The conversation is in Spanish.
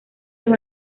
los